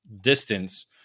distance